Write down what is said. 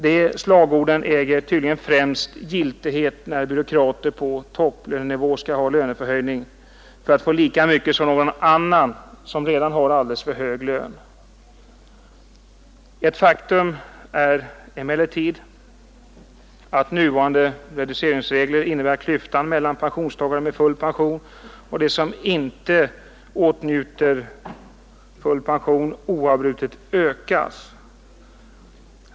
De slagorden äger tydligen främst giltighet när byråkrater på topplönenivå skall ha löneförhöjning för att få lika mycket som någon annan som redan har alldeles för hög lön. Ett faktum är emellertid att nuvarande reduceringsregler innebär att klyftan mellan pensionstagare med full pension och pensionstagare som inte åtnjuter full pension oavbrutet ökar.